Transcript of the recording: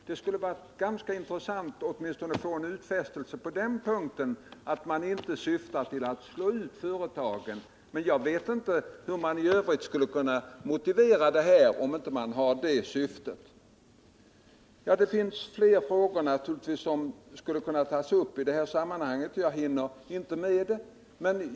Det skulle ha varit ganska intressant att åtminstone få en utfästelse på den punkten, innebärande att man inte syftar till att slå ut företagen. Men jag vet inte hur man i övrigt skulle kunna motivera avgiften i fråga om man inte har det syftet — utslagning. Det finns naturligtvis fler frågor som skulle kunna tas upp i det här sammanhanget, men jag hinner inte med det.